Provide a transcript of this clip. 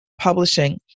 Publishing